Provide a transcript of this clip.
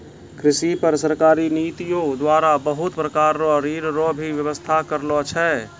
कृषि पर सरकारी नीतियो द्वारा बहुत प्रकार रो ऋण रो भी वेवस्था करलो छै